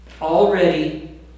Already